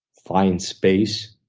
find space,